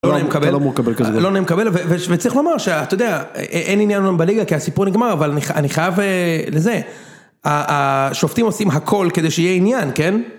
לא נעים לקבל, וצריך לומר שאתה יודע, אין עניין לנו בליגה כי הסיפור נגמר אבל אני חייב לזה, השופטים עושים הכל כדי שיהיה עניין כן?